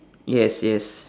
yes yes